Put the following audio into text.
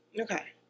Okay